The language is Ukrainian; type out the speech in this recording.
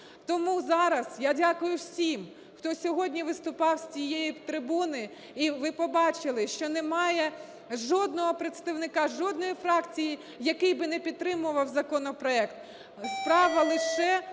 Тому зараз я дякую всім, хто сьогодні виступав з цієї трибуни, і ви побачили, що немає жодного представника, жодної фракції, який би не підтримував законопроект. Справа лише